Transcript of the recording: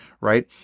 right